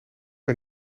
een